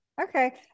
okay